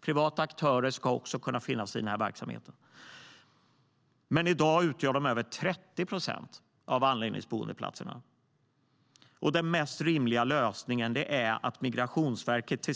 Privata aktörer ska också kunna finnas i den verksamheten. Men i dag utgör de över 30 procent av anläggningsboendeplatserna. Den rimligaste lösningen är att Migrationsverket,